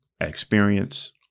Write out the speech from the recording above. experience